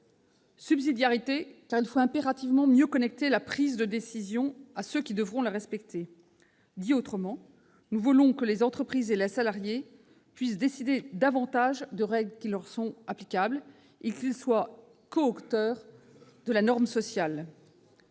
Subsidiarité, car il faut impérativement mieux connecter la prise de décision à ceux qui devront la respecter. Dit autrement, nous voulons que les entreprises et les salariés puissent décider davantage des règles qui leur sont applicables et qu'ils soient coauteurs de la norme sociale.